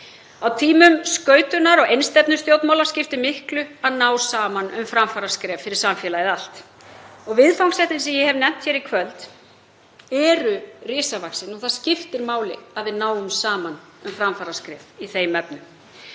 Á tímum skautunar- og einstefnustjórnmála skiptir miklu að ná saman um framfaraskref fyrir samfélagið allt. Viðfangsefnin sem ég hef nefnt hér í kvöld eru risavaxin og það skiptir máli að við náum saman um framfaraskref í þeim efnum.